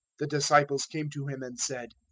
the disciples came to him and said,